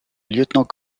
lieutenant